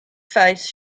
face